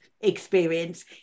experience